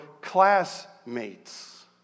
classmates